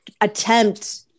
attempt